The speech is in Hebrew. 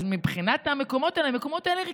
אז מבחינת המקומות האלה המקומות האלה ריקים,